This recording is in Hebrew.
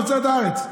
תוצרת הארץ,